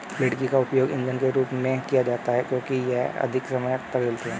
लकड़ी का उपयोग ईंधन के रूप में किया जाता है क्योंकि यह अधिक समय तक जलती है